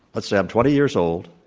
let's say i'm twenty years old.